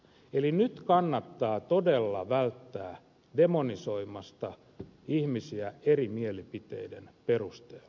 eli nyt kannattaa todella välttää demonisoimasta ihmisiä eri mielipiteiden perusteella